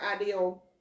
ideal